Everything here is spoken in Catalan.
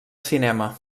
cinema